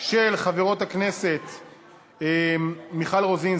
של חברות הכנסת מיכל רוזין,